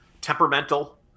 temperamental